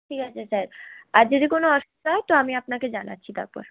ঠিক আছে স্যার আর যদি কোনো অসুবিধা হয় তো আমি আপনাকে জানাচ্ছি তারপর